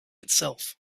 itself